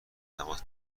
تماس